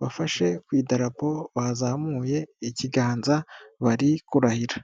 bafashe ku idarapo bazamuye ikiganza bari kurahira.